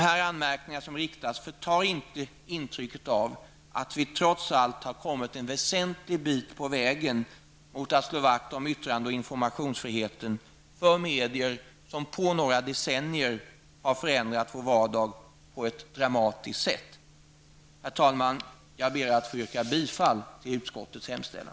Dessa anmärkningar förtar inte intrycket av att vi trots allt har kommit en väsentlig bit på vägen mot att slå vakt om yttrande och informationsfriheten för medier som på några decennier har förändrat vår vardag på ett dramatiskt sätt. Herr talman! Jag ber att få yrka bifall till utskottets hemställan.